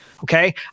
Okay